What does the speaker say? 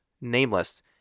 nameless